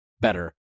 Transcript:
better